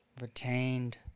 Retained